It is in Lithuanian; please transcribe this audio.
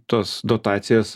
tas dotacijas